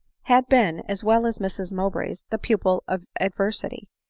had been, as well as mrs mowbray, the pupil of adversity.